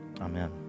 Amen